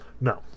No